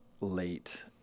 late